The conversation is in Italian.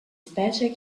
specie